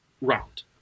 round